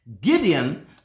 Gideon